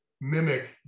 mimic